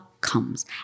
comes